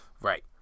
Right